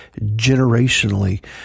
generationally